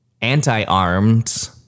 Anti-armed